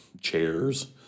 chairs